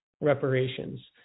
reparations